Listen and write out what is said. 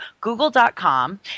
google.com